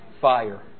Fire